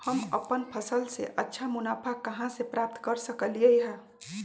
हम अपन फसल से अच्छा मुनाफा कहाँ से प्राप्त कर सकलियै ह?